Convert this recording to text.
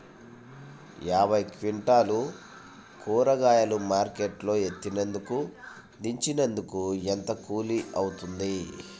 యాభై క్వింటాలు కూరగాయలు మార్కెట్ లో ఎత్తినందుకు, దించినందుకు ఏంత కూలి అవుతుంది?